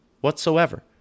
whatsoever